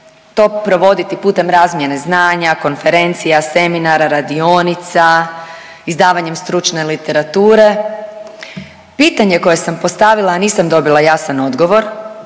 to provoditi putem razmjene znanja, konferencija, seminara, radionica, izdavanjem stručne literature. Pitanje koje sam postavila, a nisam dobila jasan odgovor,